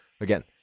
again